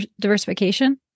diversification